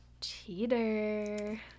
Cheater